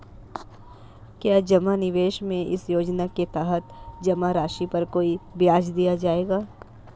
क्या जमा निवेश में इस योजना के तहत जमा राशि पर कोई ब्याज दिया जाएगा?